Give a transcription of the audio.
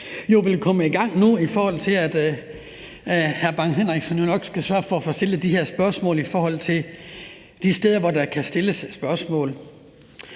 jo vil komme i gang nu, og i forhold til at hr. Preben Bang Henriksen nok skal sørge for at få stillet de her spørgsmål de steder, hvor der kan stilles spørgsmål.